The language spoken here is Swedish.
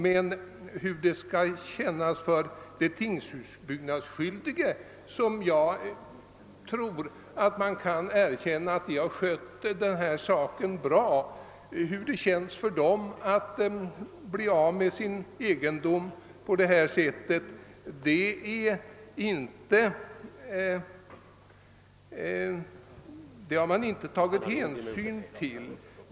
Men hur skall det kännas för de tingshusbyggnadsskyldige — som jag tror man kan säga har skött dessa saker mycket bra — att bli av med sin egendom? Det har man inte tagit någon hänsyn till.